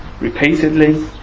repeatedly